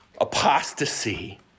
apostasy